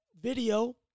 video